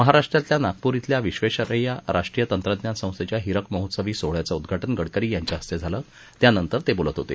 महाराष्ट्रातल्या नागपूर शिल्या विश्वेश्वरेय्या राष्ट्रीय तंत्रज्ञान संस्थेच्या हिरक महोत्सवी सोहळ्याचं उद्घाटन गडकरी यांच्या हस्ते झालं त्यानंतर ते बोलत होते